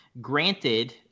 Granted